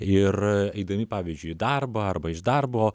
ir eidami pavyzdžiui į darbą arba iš darbo